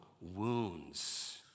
wounds